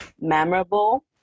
memorable